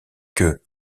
que